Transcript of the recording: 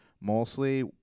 mostly